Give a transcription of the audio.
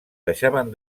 deixaven